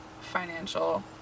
financial